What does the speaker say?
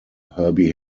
herbie